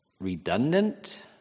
redundant